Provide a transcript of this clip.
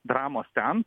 dramos ten